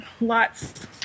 lots